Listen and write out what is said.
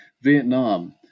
Vietnam